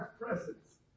presence